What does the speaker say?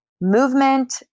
movement